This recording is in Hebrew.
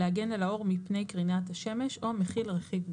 להגן על העור מפני קרינת השמש או מכיל רכיב ננו.